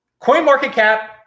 CoinMarketCap